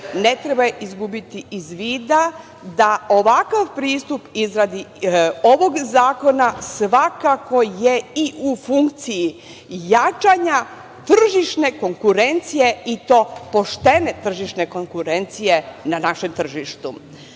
ne treba izgubiti iz vida da ovakav pristup izradi ovog zakona svakako je i u funkciji jačanja tržišne konkurencije i to poštene tržišne konkurencije na našem tržištu.U